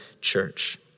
church